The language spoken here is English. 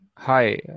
Hi